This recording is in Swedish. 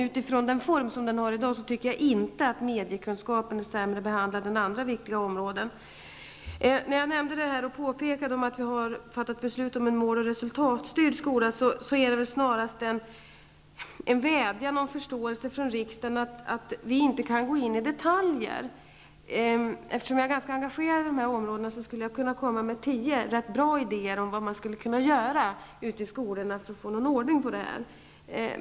Utifrån den form som läroplanen i dag har anser jag dock inte att mediekunskapen behandlas sämre än andra viktiga områden. Jag påpekade att riksdagen har fattat beslut om en mål och resultatstyrd skola. Det var snarast en vädjan till riksdagen om förståelse för att vi inte kan gå in i detaljer. Jag är ganska engagerad när det gäller dessa områden och skulle därför kunna lägga fram tio rätt bra idéer om vad man ute på skolorna skulle kunna göra för att få någon ordning på det här.